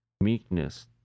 meekness